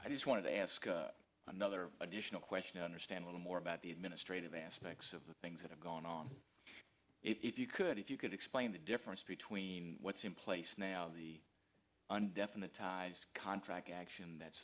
i just wanted to ask another additional question i understand little more about the administrative aspects of the things that have gone on if you could if you could explain the difference between what's in place now and the definite ties contract action that's